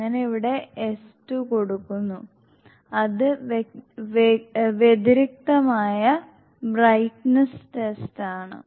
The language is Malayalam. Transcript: അങ്ങനെ ഇവിടെ S2 കൊടുക്കുന്നു അത് വ്യതിരിക്തമായ ബ്രൈറ്റ്നസ് ടെസ്റ്റ് ആണ്